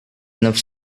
enough